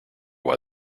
why